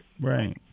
Right